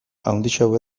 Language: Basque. handiagoa